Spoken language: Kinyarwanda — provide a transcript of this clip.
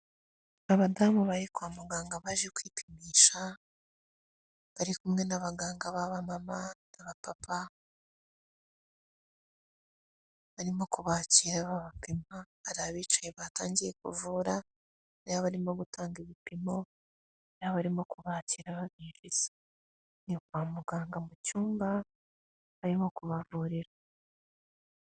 Abadamu bari kwa muganga baje kwipimisha, bari kumwe n'abaganga b'abamama n'abapapa, barimo kubakira baba pima, hari abicaye batangiye kuvura, babarimo gutanga ibipimo n'abarimo kubakira babinjiza. Ni kwa muganga mu cyumba barimo kubavurira.